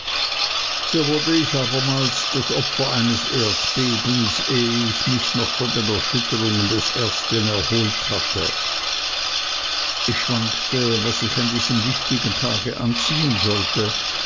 so wurde ich abermals das opfer eines erdbebens ehe ich mich noch von den erschütterungen des ersten erholt hatte ich schwankte was ich an diesem wichtigen tage anziehen sollte